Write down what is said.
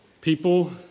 people